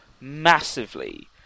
massively